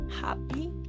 happy